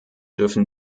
dürfen